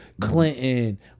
Clinton